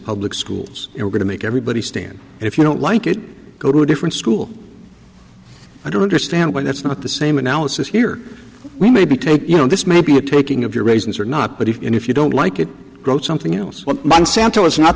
public schools you're going to make everybody stand and if you don't like it go to a different school i don't understand why that's not the same analysis here we maybe take you know this may be a taking of your raisins or not but if you don't like it grow something else monsanto is not